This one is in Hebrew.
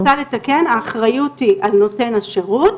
אני רוצה לתקן, האחריות היא על נותן השירות,